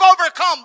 overcome